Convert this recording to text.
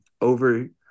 over –